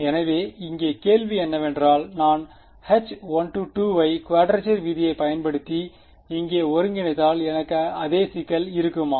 எனவே இங்கே கேள்வி என்னவென்றால் நான் இந்த H1 ஐ குவாட்ரச்சர் விதியை பயன்படுத்தி இங்கே ஒருங்கிணைத்தால் எனக்கு அதே சிக்கல் இருக்குமா